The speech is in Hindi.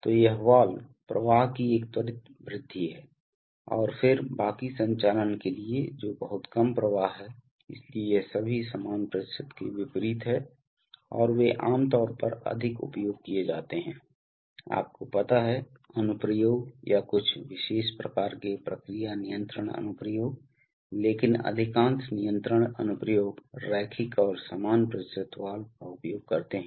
तो यह वाल्व प्रवाह की एक त्वरित वृद्धि है और फिर बाकी संचIलन के लिए जो बहुत कम प्रवाह है इसलिए यह सभी समान प्रतिशत के विपरीत है और वे आम तौर पर अधिक उपयोग किए जाते हैं आपको पता है अनुप्रयोग या कुछ विशेष प्रकार के प्रक्रिया नियंत्रण अनुप्रयोग लेकिन अधिकांश नियंत्रण अनुप्रयोग रैखिक और समान प्रतिशत वाल्व का उपयोग करते हैं